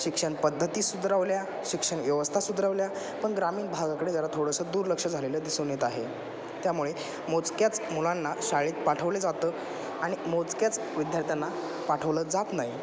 शिक्षण पद्धती सुधारवल्या शिक्षण व्यवस्था सुधारवल्या पण ग्रामीण भागाकडे जरा थोडंसं दुर्लक्ष झालेलं दिसून येत आहे त्यामुळे मोजक्याच मुलांना शाळेत पाठवले जातं आणि मोजक्याच विद्यार्थ्यांना पाठवलं जात नाही